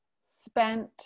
spent